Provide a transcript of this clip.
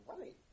right